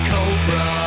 Cobra